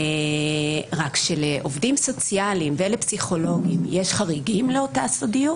רק שלעובדים סוציאליים ופסיכולוגים יש חריגים לאותה סודיות,